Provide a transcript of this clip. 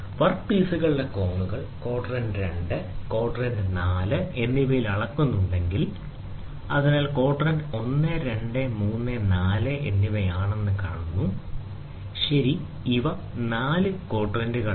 work പീസുകളുടെ കോണുകൾ quadrant 2 quadrant 4 എന്നിവയിൽ അളക്കുന്നുണ്ടെങ്കിൽ അതിനാൽ ക്വാഡ്രന്റുകൾ 1 2 3 4 എന്നിവയാണെന്ന് കണ്ടാൽ ശരി ഇവ നാല് ക്വാഡ്രന്റുകളാണ്